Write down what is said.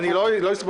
אני לא מבין.